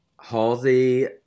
Halsey